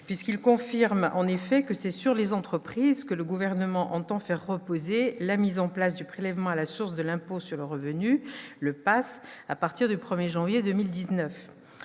cet article confirme en effet que c'est sur les entreprises que le Gouvernement entend faire reposer la mise en place du prélèvement à la source de l'impôt sur le revenu, le PAS, à partir du 1 janvier 2019.